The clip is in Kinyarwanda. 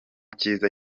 kiza